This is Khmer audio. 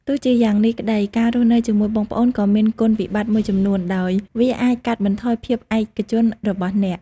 ទោះជាយ៉ាងនេះក្ដី ការរស់នៅជាមួយបងប្អូនក៏មានគុណវិបត្តិមួយចំនួន ដោយវាអាចកាត់បន្ថយភាពឯកជនរបស់អ្នក។